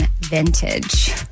vintage